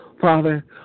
Father